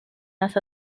las